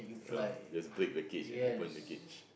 ah just break the cage and open the cage